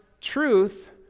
truth